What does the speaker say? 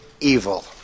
evil